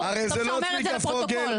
טוב שאתה אומר את זה לפרוטוקול.